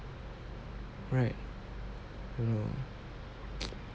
right mm